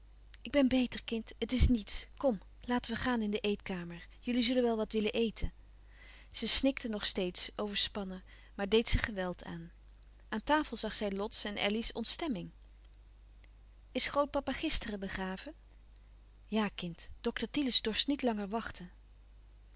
ik ben beter kind het is niets kom laten we gaan in de eetkamer jullie zullen wel wat willen eten zij snikte nog steeds overspannen maar deed zich geweld aan aan tafel zag zij lots en elly's ontstemming is grootpapa gisteren begraven ja kind dokter thielens dorst niet langer wachten